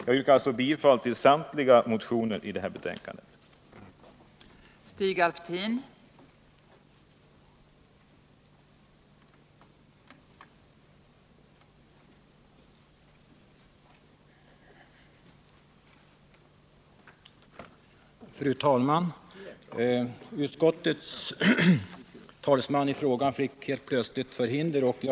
Jag yrkar alltså bifall till samtliga vpk-motioner, som behandlas i detta betänkande.